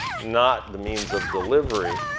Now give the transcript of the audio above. not the means of delivery.